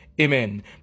Amen